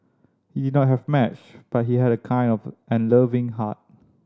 he did not have much but he had a kind of and loving heart